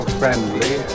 friendly